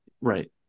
Right